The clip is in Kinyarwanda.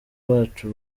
bacu